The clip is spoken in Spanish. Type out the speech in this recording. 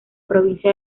provincia